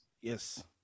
yes